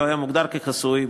לא היה מוגדר כחסוי,